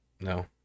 No